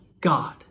God